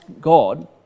God